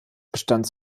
bestand